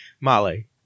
Molly